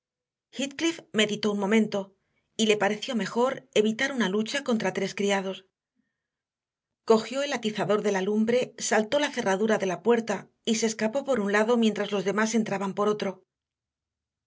heathcliff meditó un momento y le pareció mejor evitar una lucha contra tres criados cogió el atizador de la lumbre saltó la cerradura de la puerta y se escapó por un lado mientras los demás entraban por otro